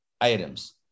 items